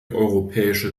europäische